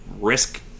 risk